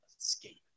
escape